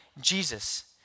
Jesus